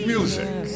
Music